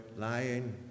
lying